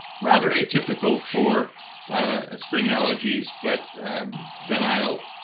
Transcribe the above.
rather atypical for ah spring allergies. but denial